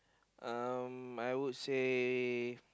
uh I would say